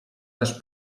też